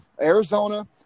Arizona